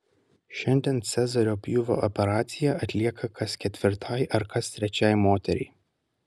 šiandien cezario pjūvio operacija atlieka kas ketvirtai ar kas trečiai moteriai